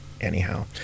Anyhow